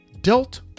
dealt